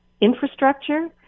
infrastructure